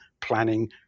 planning